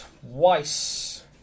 Twice